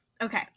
okay